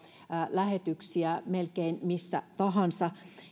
lähetyksiä melkein missä tahansa